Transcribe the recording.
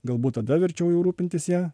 galbūt tada verčiau jau rūpintis ja